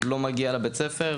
לא מגיע לבית הספר,